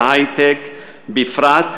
וההיי-טק בפרט,